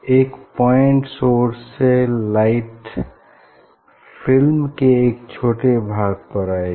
एक point source से light film के एक छोटे भाग पर आएगी